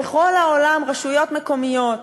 בכל העולם רשויות מקומיות,